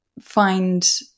find